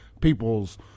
people's